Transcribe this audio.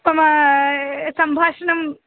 मम सम्भाषणम्